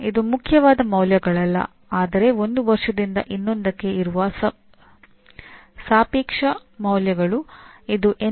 ಇದು ಒಂದು ರೀತಿಯ ಮಾನ್ಯತೆಯಾಗಿದ್ದು ಅದು ಒಂದು ಕಾರ್ಯಕ್ರಮ ಅಥವಾ ಸಂಸ್ಥೆಕೆಲವು ಮಾನದಂಡಗಳನ್ನು ಪೂರೈಸುತ್ತದೆ ಎಂದು ಸೂಚಿಸುತ್ತದೆ